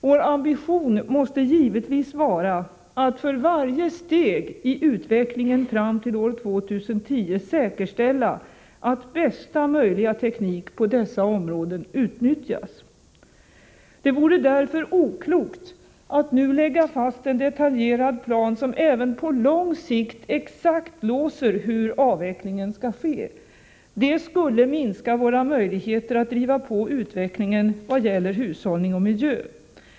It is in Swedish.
Vår ambition måste givetvis vara att för varje steg i utvecklingen fram till år 2010 säkerställa att bästa möjliga teknik på dessa områden utnyttjas. Det vore därför oklokt att nu lägga fast en detaljerad plan som även på lång sikt exakt låser hur avvecklingen skall ske. Det skulle minska våra möjligheter att driva på utvecklingen vad gäller hushållning och miljö.